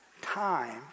Time